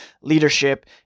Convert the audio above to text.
leadership